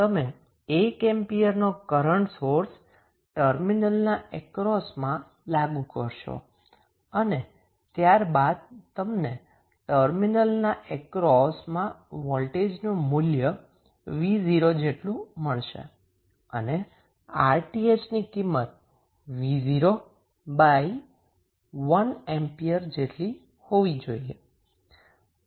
તમે 1 એમ્પિયર નો current source terminal ના એક્રોસ લાગુ કરશો અને ત્યારબાદ તમને ટર્મિનલ ના અક્રોસ વોલ્ટેજનુ મુલ્ય 𝑣0 જેટલું મળશે અને 𝑅𝑡ℎ ની કિમત 𝑣01 A જેટલુ હોવું જોઈએ